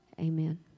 Amen